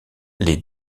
les